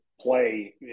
play